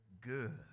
good